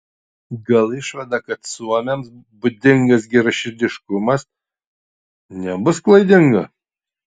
gal išvada kad suomiams būdingas geraširdiškumas nebus klaidinga